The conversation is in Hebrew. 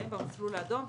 המסלול האדום,